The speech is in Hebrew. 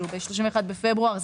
ב-31 בפברואר.